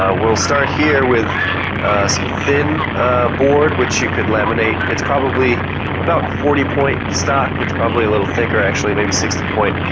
ah we'll start here with some thin board which you could laminate. it's probably about forty point stock, it's probably a little thicker actually, maybe sixty point.